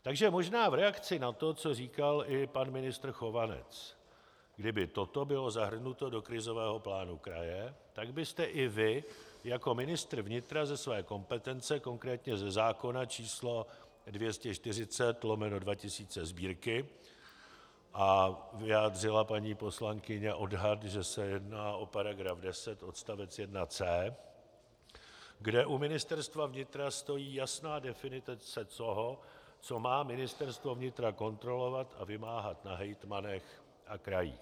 Takže možná v reakci na to, co říkal i pan ministr Chovanec kdyby toto bylo zahrnuto do krizového plánu kraje, tak byste i vy jako ministr vnitra ze své kompetence, konkrétně ze zákona č. 240/2000 Sb., vyjádřila paní poslankyně odhad, že se jedná o § 10 odst. 1 c), kde u Ministerstva vnitra stojí jasná definice toho, co má Ministerstvo vnitra kontrolovat a vymáhat na hejtmanech a krajích.